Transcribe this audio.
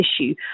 issue